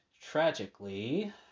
tragically